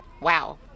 Wow